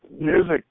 music